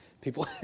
People